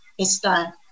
está